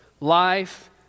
Life